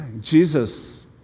Jesus